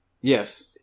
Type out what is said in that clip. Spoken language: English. yes